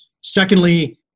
Secondly